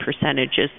percentages